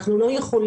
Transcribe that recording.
אנחנו לא יכולים,